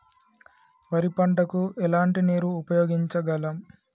వరి పంట కు ఎలాంటి నీరు ఉపయోగించగలం?